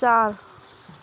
चार